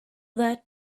that